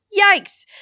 Yikes